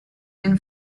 and